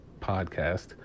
podcast